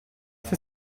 sei